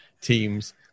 teams